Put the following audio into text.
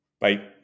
Bye